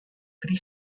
three